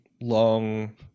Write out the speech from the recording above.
long